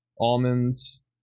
almonds